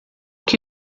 que